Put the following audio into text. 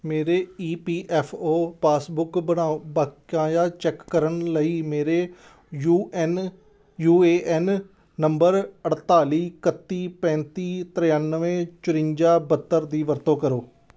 ਮੇਰੇ E P F O passbook ਬਣਾਓ ਬਕਾਇਆ ਚੈੱਕ ਕਰਨ ਲਈ ਮੇਰੇ U N U A N number ਅਠਤਾਲੀ ਇਕੱਤੀ ਪੈਂਤੀ ਤ੍ਰਿਆਨਵੇਂ ਚੁਰੰਜਾ ਬਹੱਤਰ ਦੀ ਵਰਤੋਂ ਕਰੋ